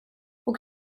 och